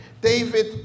David